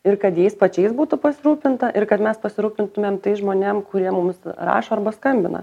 ir kad jais pačiais būtų pasirūpinta ir kad mes pasirūpintumėm tais žmonėm kurie mums rašo arba skambina